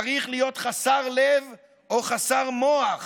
צריך להיות חסר לב או חסר מוח